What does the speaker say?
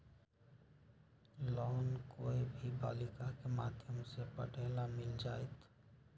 Loan कोई भी बालिका के माध्यम से पढे ला मिल जायत?